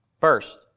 First